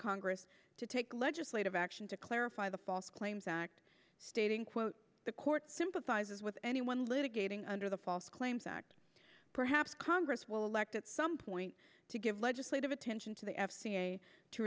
congress to take legislative action to clarify the false claims act stating quote the court sympathizes with anyone litigating under the false claims act perhaps congress will elect at some point to give legislative attention to the f